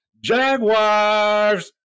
Jaguars